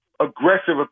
aggressive